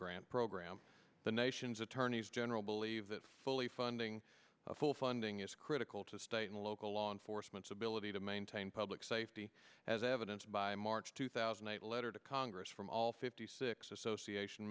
grant program the nation's attorneys general believe that fully funding full funding is critical to state and local law enforcement's ability to maintain public safety as evidence by march two thousand and eight letter to congress from all fifty six association